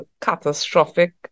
catastrophic